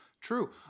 True